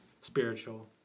spiritual